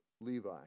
Levi